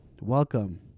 welcome